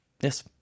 Yes